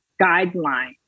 guideline